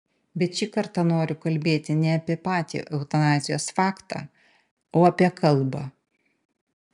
bet šį kartą noriu kalbėti ne apie patį eutanazijos faktą o apie kalbą